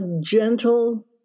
gentle